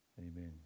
Amen